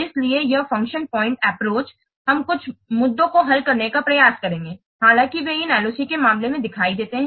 इसलिए यह function point approach हम कुछ मुद्दों को हल करने का प्रयास करेंगे हालांकि वे इन LOC के मामले में दिखाई देते हैं